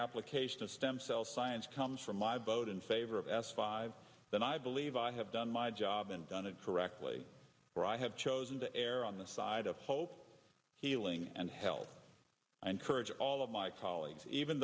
application of stem cell science comes from my vote in favor of s five then i believe i have done my job and done it for rectally i have chosen to err on the side of hope healing and help i encourage all of my colleagues even